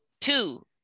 two